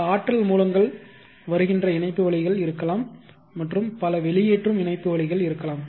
பல ஆற்றல் மூலங்கள் வருகின்ற இணைப்புவழிகள் இருக்கலாம் மற்றும் பல வெளியேற்றும் இணைப்புவழிகள் இருக்கலாம்